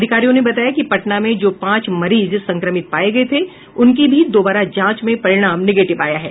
अधिकारियों ने बताया कि पटना में जो पांच मरीज संक्रमित पाये गये थे उनकी भी दोबारा जांच में परिणाम निगेटिव आया है